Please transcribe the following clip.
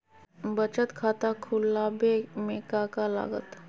बचत खाता खुला बे में का का लागत?